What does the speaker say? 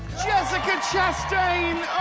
jessica chastain